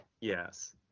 Yes